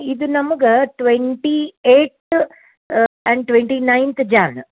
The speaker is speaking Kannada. ಇದು ನಮಗೆ twenty eight and twenty ninth Jan